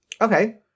Okay